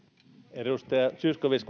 edustaja zyskowicz